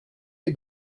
les